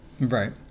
Right